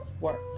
work